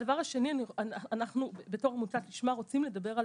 הדבר השני: אנחנו בתור עמותת לשמה רוצים לדבר על